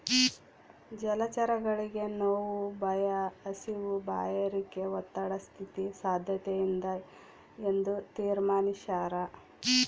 ಜಲಚರಗಳಿಗೆ ನೋವು ಭಯ ಹಸಿವು ಬಾಯಾರಿಕೆ ಒತ್ತಡ ಸ್ಥಿತಿ ಸಾದ್ಯತೆಯಿಂದ ಎಂದು ತೀರ್ಮಾನಿಸ್ಯಾರ